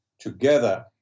together